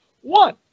One